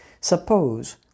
Suppose